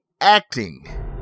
acting